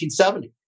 1970